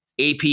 AP